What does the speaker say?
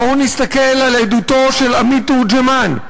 בואו נסתכל על עדותו של עמית תורג'מן: